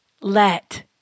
Let